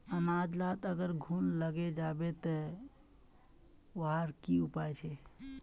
अनाज लात अगर घुन लागे जाबे ते वहार की उपाय छे?